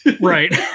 right